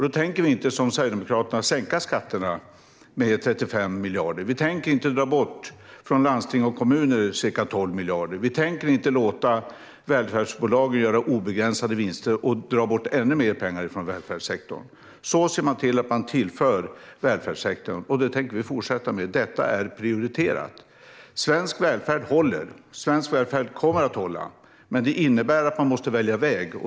Vi tänker inte som Sverigedemokraterna sänka skatterna med 35 miljarder, och vi tänker inte dra bort ca 12 miljarder från landsting och kommuner. Vi tänker inte låta välfärdsbolagen göra obegränsade vinster och dra bort ännu mer pengar från välfärdssektorn. Så ser man till att man tillför välfärdssektorn medel. Det tänker vi fortsätta med. Detta är prioriterat. Svensk välfärd håller. Svensk välfärd kommer att hålla. Men det innebär att man måste välja väg.